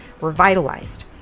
revitalized